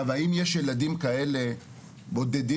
עכשיו האם יש ילדים כאלה בודדים?